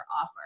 offer